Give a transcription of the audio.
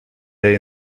day